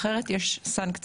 אחרת יש סנקציות.